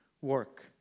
work